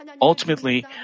Ultimately